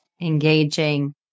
engaging